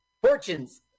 Fortunes